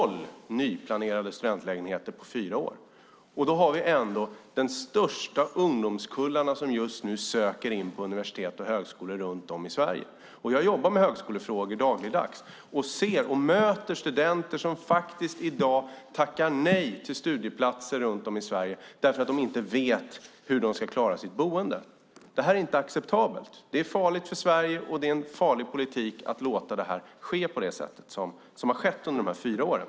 Ändå har vi just nu de största ungdomskullarna på länge som söker in till universitet och högskolor runt om i Sverige. Jag jobbar med högskolefrågor dagligdags, och jag ser och möter studenter som faktiskt i dag tackar nej till studieplatser runt om i Sverige därför att de inte vet hur de ska klara sitt boende. Det är inte acceptabelt. Det är farligt för Sverige och det är en farlig politik att låta det ske på det sätt som har skett under de här fyra åren.